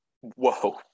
Whoa